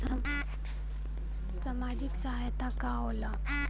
सामाजिक सहायता का होला?